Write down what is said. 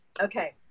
Okay